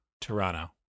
Toronto